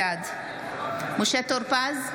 בעד משה טור פז,